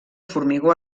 formigó